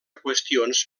qüestions